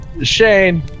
Shane